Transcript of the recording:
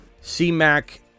C-Mac